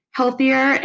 healthier